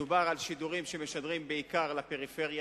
מדובר בשידורים שמשדרים בעיקר לפריפריה,